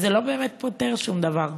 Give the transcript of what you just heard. זה לא באמת פותר שום דבר.